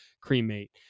cremate